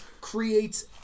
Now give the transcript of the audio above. Creates